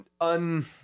un